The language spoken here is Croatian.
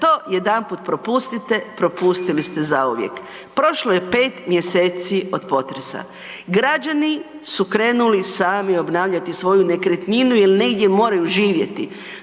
to jedanput propustite, propustili ste zauvijek. Prošlo je 5 mj. od potresa. Građani su krenuli sami obnavljati svoju nekretninu jer negdje moraju živjeti.